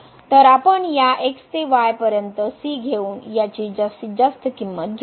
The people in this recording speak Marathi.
तर आपण या x ते y पर्यंत c घेउन याची जास्तीत जास्त किंमत घेऊ